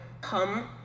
come